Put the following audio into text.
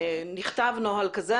נכתב נוהל כזה,